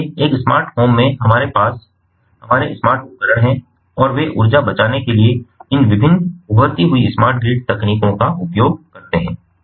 इसलिए एक smart home में हमारे पास हमारे स्मार्ट उपकरण हैं और वे ऊर्जा बचाने के लिए इन विभिन्न उभरती हुई स्मार्ट ग्रिड तकनीकों का उपयोग करते हैं